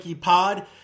Pod